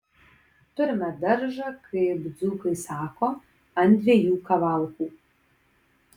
turime daržą kaip dzūkai sako ant dviejų kavalkų